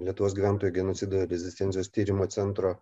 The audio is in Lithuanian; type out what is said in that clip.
lietuvos gyventojų genocido ir rezistencijos tyrimo centro